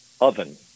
oven